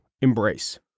embrace